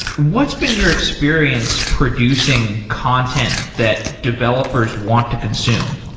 what's been your experience producing content that developers want to consume?